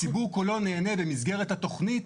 הציבור כולו נהנה במסגרת התכנית